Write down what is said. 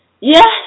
Yes